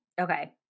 Okay